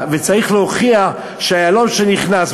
וצריך להוכיח שהיהלום שנכנס,